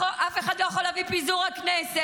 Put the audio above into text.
אף אחד לא יכול להביא לפיזור הכנסת.